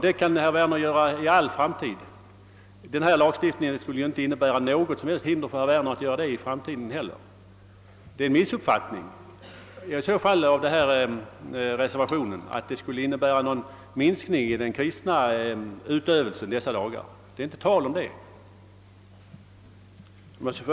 Den föreslagna lagstiftningen skulle inte innebära något som helst hinder för herr Werner att hjälpa dem även i framtiden. Man har missuppfattat reservationen om man tror att upphävandet av dessa bestämmelser skulle medföra någon minskning i det kristna utövandet dessa dagar — det är inte tal om det.